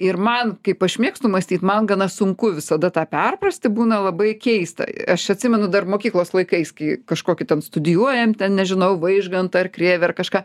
ir man kaip aš mėgstu mąstyt man gana sunku visada tą perprasti būna labai keista aš atsimenu dar mokyklos laikais kai kažkokį ten studijuojam ten nežinau vaižgantą krėvę ar kažką